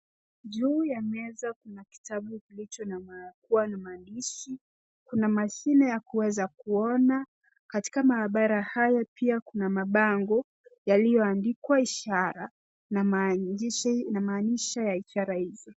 Juu ya Meza Kuna kitabu iliokuwa na maandishi kuna mashini yakaweza kuona katika mahabara hayo pia kuna mapango yalioandikwa ishara inamaanisha idara hizo.